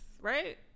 right